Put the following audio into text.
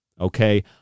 okay